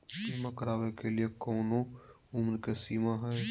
बीमा करावे के लिए कोनो उमर के सीमा है?